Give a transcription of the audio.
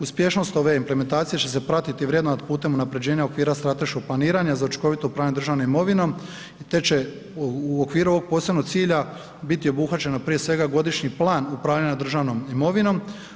Uspješnost ove implementacije će se pratiti i vrednovati putem unapređenja okvira strateškog planiranja za učinkovito upravljanje državnom imovinom i te će u okviru ovog posebnog cilja biti obuhvaćeno prije svega godišnji plan upravljanja državnom imovinom.